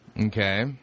Okay